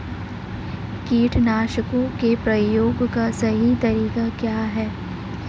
कीटनाशकों के प्रयोग का सही तरीका क्या है?